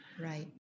Right